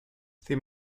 the